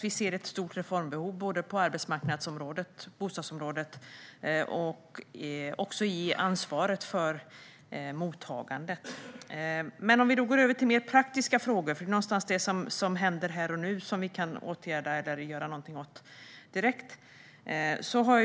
Vi ser ett stort reformbehov på arbetsmarknads och bostadsområdet och när det gäller ansvaret för mottagandet. Låt oss tala om praktiska frågor, för det är sådant som händer här och nu som vi måste göra något åt direkt.